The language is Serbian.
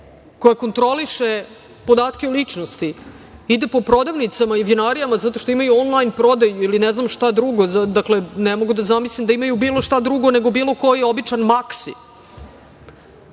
koja kontroliše podatke o ličnosti ide po prodavnicama i vinarijama zato što imaju onlajn prodaju ili ne znam šta drugo, dakle, ne mogu da zamislim da imaju bilo šta drugo nego bilo koji običan Maksi,